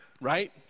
right